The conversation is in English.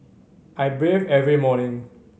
I bathe every morning